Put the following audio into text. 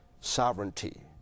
sovereignty